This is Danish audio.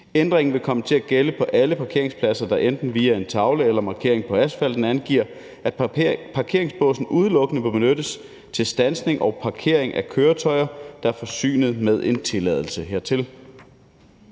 Ændringen vil komme til at gælde for alle parkeringspladser, der enten via en tavle eller markering på asfalten angiver, at parkeringsbåsen udelukkende må benyttes til standsning og parkering af køretøjer, der er forsynet med en tilladelse hertil.